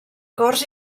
cors